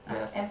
where as